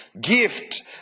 gift